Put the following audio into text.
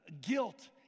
guilt